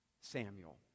Samuel